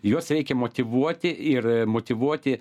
juos reikia motyvuoti ir motyvuoti